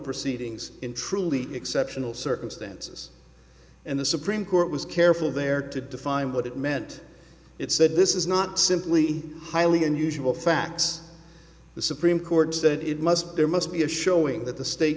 proceedings in truly exceptional circumstances and the supreme court was careful there to define what it meant it said this is not simply highly unusual facts the supreme court said it must bear must be a showing that the state